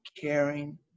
caring